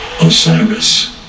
Osiris